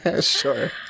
Sure